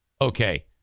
Okay